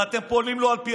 הרי אתם פועלים לא על פי